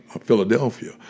Philadelphia